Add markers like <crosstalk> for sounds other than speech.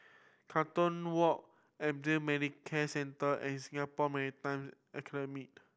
Carlton Walk <unintelligible> Medicare Centre and Singapore Maritime <unintelligible>